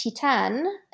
Titan